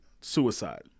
suicide